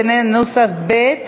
בנוסח ב',